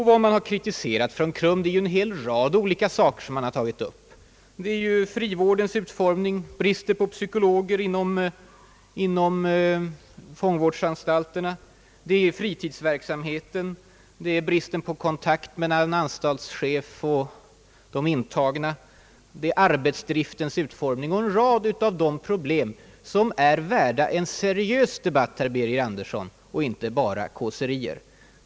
Vad man kritiserat från KRUM:s sida är t.ex. frivårdens utformning, bristen på psykologer inom fångvårdsanstalterna, fritidsverksamheten, bristen på kontakt mellan en anstaltschef och de intagna, arbetsdriftens utformning etc. Det är en rad av de problem som är värda en seriös debatt, herr Andersson, och inte bara kåserier.